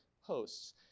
hosts